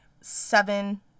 seven